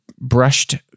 brushed